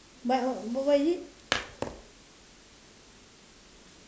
what what is it